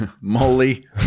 Molly